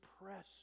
press